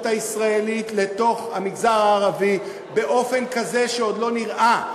הישראלית לתוך המגזר הערבי באופן כזה שעוד לא נראה.